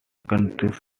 countries